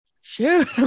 Shoot